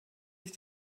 sich